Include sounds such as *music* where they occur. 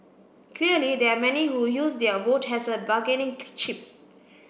clearly there are many who use their vote has a bargaining *unintelligible* chip